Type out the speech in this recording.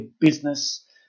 business